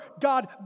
God